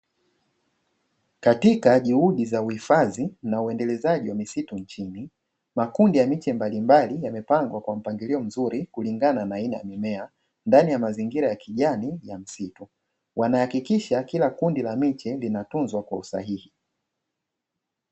Katika juhudi za uhifadhi na uendelezaji misitu nchini, makundi ya miche mbalimbali yamepangwa kwa mpangilio mzuri kulingana na aina ya mimea ndani ya mazingira ya kijani ya msitu, wanahakikisha kila kundi la miche linatunzwa kwa usahihi.